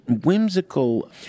whimsical